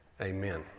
amen